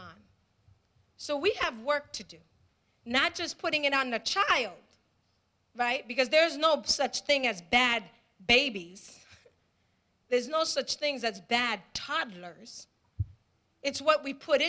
on so we have work to do not just putting it on the child because there's no such thing as bad babies there's no such things as bad toddlers it's what we put